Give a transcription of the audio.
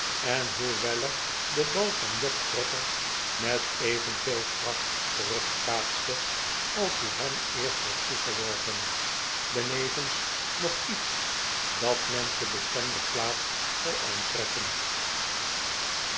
en hoe weller den bal van job trotter met evenveel kracht terugkaatste als die hem eerst was toegeworpen benevens nog lets dat men te bestemder plaatse zal aantreffen